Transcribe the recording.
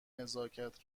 نزاکت